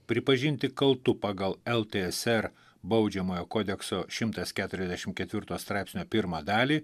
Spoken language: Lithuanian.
pripažinti kaltu pagal ltsr baudžiamojo kodekso šimtas keturiasdešim ketvirto straipsnio pirmą dalį